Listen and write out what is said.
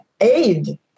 aid